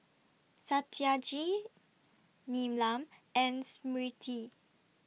Satyajit Neelam and Smriti